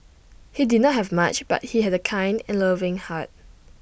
he did not have much but he had A kind and loving heart